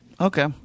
Okay